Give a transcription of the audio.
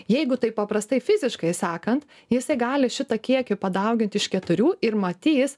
jeigu taip paprastai fiziškai sakant jisai gali šitą kiekį padaugint iš keturių ir matys